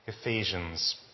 Ephesians